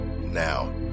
Now